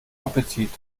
appetit